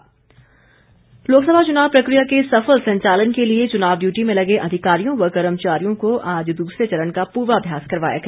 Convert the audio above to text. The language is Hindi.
पूर्वाभ्यास लोकसभा चुनाव प्रकिया के सफल संचालन के लिए चुनाव डियूटी में लगे अधिकारियों व कर्मचारियों को आज दूसरे चरण का पूर्वाभ्यास करवाया गया